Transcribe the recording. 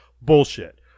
Bullshit